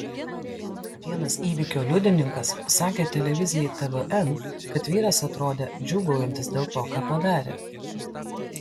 vienas įvykio liudininkas sakė televizijai tvn kad vyras atrodė džiūgaujantis dėl to ką padarė